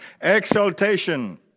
exaltation